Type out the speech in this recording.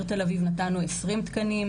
מה עושים במקרים האלה?